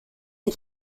wir